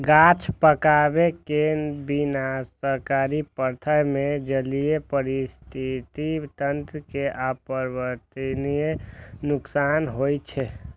माछ पकड़ै के विनाशकारी प्रथा मे जलीय पारिस्थितिकी तंत्र कें अपरिवर्तनीय नुकसान होइ छै